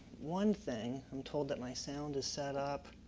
one thing, i'm told that my sound is set up.